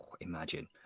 Imagine